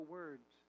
words